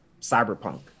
cyberpunk